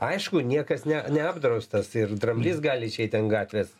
aišku niekas ne neapdraustas ir dramblys gali išeiti ant gatvės